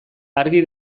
argi